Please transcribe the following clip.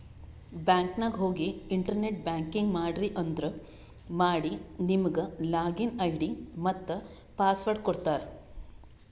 bank ನಾಗ್ ಹೋಗಿ internet banking ಮಾಡ್ರಿ ಅಂದುರ್ ಮಾಡಿ ನಿಮುಗ್ ಲಾಗಿನ್ ಐ.ಡಿ ಮತ್ತ ಪಾಸ್ವರ್ಡ್ ಕೊಡ್ತಾರ್